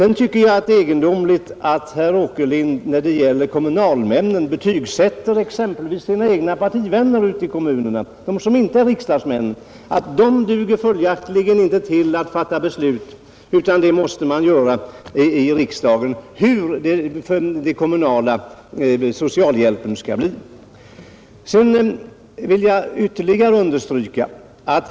Vidare tycker jag att det är egendomligt att herr Åkerlind när det gäller kommunalmännen betygsätter de egna partivännerna ute i kommunerna, som inte är riksdagsmän, på ett sätt som innebär att de inte skulle duga att fatta beslut om hur den kommunala socialhjälpen skall utformas, utan att man måste göra det i riksdagen.